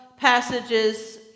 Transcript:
passages